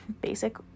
basic